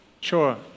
Sure